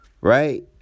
Right